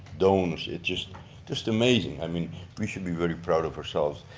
donors, it's just just amazing. i mean we should be very proud of ourselves.